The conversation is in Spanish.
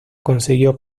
consiguió